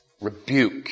Rebuke